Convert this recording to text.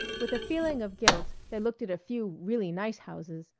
with a feeling of guilt they looked at a few really nice houses,